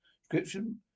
Description